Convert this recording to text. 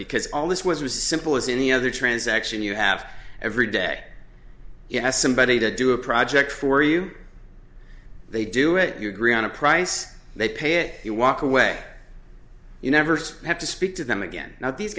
because all this was a simple as any other transaction you have every day yes somebody to do a project for you they do it you agree on a price they pay it you walk away you never see have to speak to them again now these